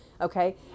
okay